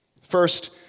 First